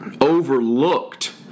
overlooked